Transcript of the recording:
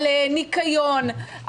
על ניקיון,